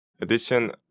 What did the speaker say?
addition